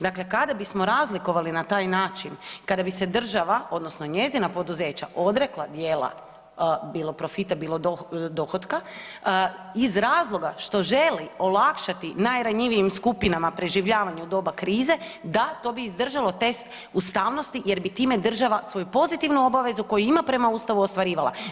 Dakle kada bismo razlikovali na taj način, kada bi se država, odnosno njezina poduzeća odrekla dijela, bilo profita, bilo dohotka iz razloga što želi olakšati najranjivijim skupinama preživljavanje u doba krize, da, to bi izdržalo test ustavnosti jer bi time država svoju pozitivnu obavezu koju ima prema Ustavu ostvarivala.